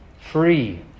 Free